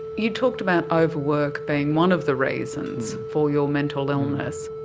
you talked about overwork being one of the reasons for your mental illness.